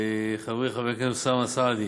חברי חבר הכנסת אוסאמה סעדי,